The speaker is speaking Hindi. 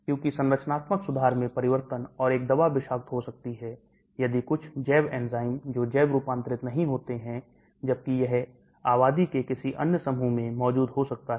क्योंकि संरचनात्मक सुधार में परिवर्तन और एक दवा विषाक्त हो सकती है यदि कुछ जैव एंजाइम जो जैव रूपांतरित नहीं होते हैं जबकि यह आबादी के किसी अन्य समूह में मौजूद हो सकता है